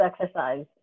exercise